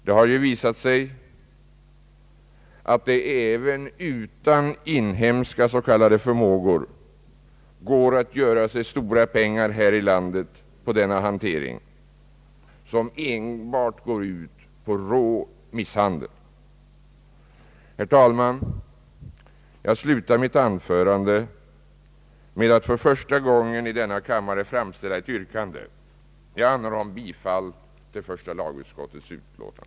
Det har visat sig att det även utan inhemska s.k. förmågor går att göra sig stora pengar på denna hantering, som enbart går ut på rå misshandel. Herr talman! Jag slutar mitt anförande med att för första gången i denna kammare framställa ett yrkande. Jag anhåller om bifall till första lagutskottets hemställan.